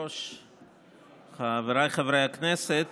אפילו חבר הכנסת